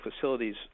facilities